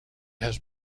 has